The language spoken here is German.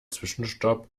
zwischenstopp